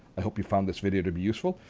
i hope you found this video to be useful.